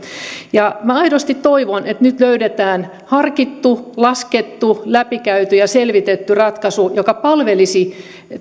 minä aidosti toivon että nyt löydetään harkittu laskettu läpikäyty ja selvitetty ratkaisu joka palvelisi